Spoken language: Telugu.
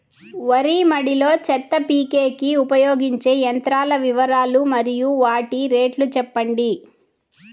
వరి మడి లో చెత్త పీకేకి ఉపయోగించే యంత్రాల వివరాలు మరియు వాటి రేట్లు చెప్పండి?